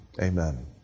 Amen